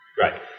Right